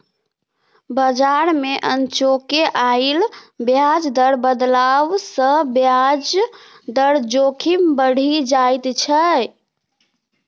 बजार मे अनचोके आयल ब्याज दर बदलाव सँ ब्याज दर जोखिम बढ़ि जाइत छै